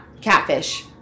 Catfish